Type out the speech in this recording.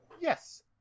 Yes